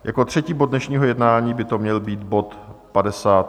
Jako třetí bod dnešního jednání by to měl být bod 58.